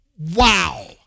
Wow